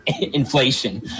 inflation